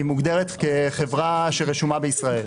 מוגדרת כחברה שרשומה בישראל.